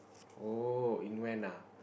oh in when ah